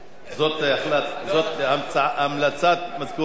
זאת המלצת מזכירות הכנסת.